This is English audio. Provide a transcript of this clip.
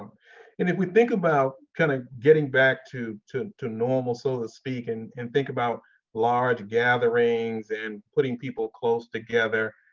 um and if we think about kinda getting back to to normal so to speak, and and think about large gatherings and putting people close together,